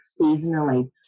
seasonally